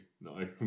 No